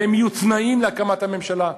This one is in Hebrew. והן יהיו תנאים להקמת הממשלה.